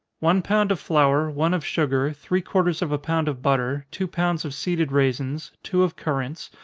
one pound of flour, one of sugar, three-quarters of a pound of butter, two pounds of seeded raisins, two of currants,